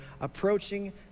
approaching